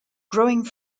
growing